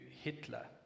Hitler